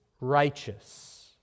righteous